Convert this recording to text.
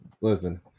listen